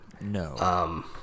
No